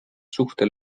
suhte